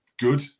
good